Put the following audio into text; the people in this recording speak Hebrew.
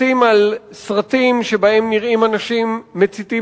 פרטים על סרטים שבהם נראים אנשים מציתים